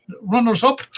runners-up